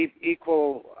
equal